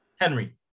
Henry